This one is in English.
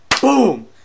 boom